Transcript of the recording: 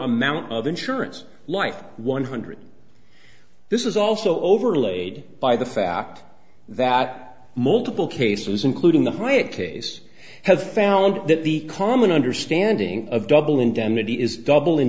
amount of insurance life one hundred this is also overlaid by the fact that multiple cases including the hyatt case have found that the common understanding of double indemnity is doubl